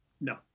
No